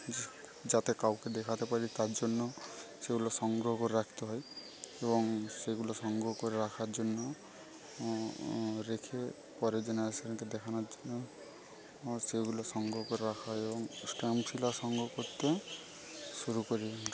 যাতে কাউকে দেখাতে পারি তার জন্য সেগুলো সংগ্রহ করে রাখতে হয় এবং সেগুলো সংগ্রহ করে রাখার জন্য রেখে পরের জেনারেশানকে দেখানোর জন্য সেগুলো সংগ্রহ করে রাখা যেমন সংগ্রহ করতে শুরু করি